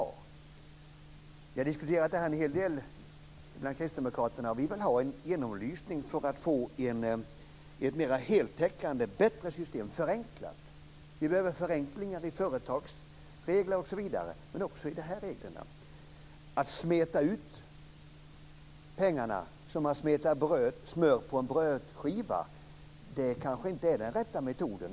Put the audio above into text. Vi kristdemokrater har diskuterat det här en hel del. Vi vill ha en genomlysning för att få ett mera heltäckande, bättre och förenklat system. Vi behöver förenklingar när det gäller t.ex. företagsregler men också när det gäller de här reglerna. Det kanske inte är den rätta metoden att smeta ut pengarna som man smetar smör på en brödskiva.